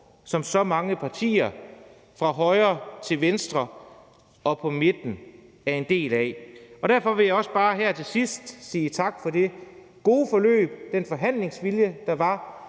som så mange partier fra højre til venstre og på midten er en del af. Derfor vil jeg også bare her til sidst sige tak for det gode forløb og den forhandlingsvilje, der har